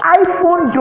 iPhone